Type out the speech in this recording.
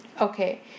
Okay